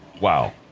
Wow